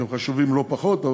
שהם חשובים לא פחות,